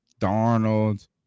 Darnold